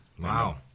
Wow